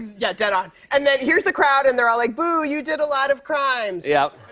yeah, dead on. and then here's the crowd. and they're all like, boo, you did a lot of crimes! yep.